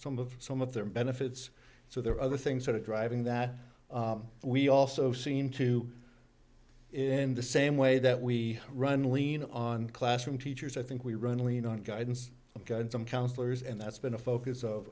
some of some of their benefits so there are other things that are driving that we also seem to in the same way that we run lean on classroom teachers i think we run lean on guidance counsellors and that's been a focus of